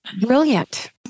brilliant